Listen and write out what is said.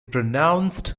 pronounced